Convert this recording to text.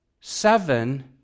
seven